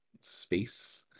space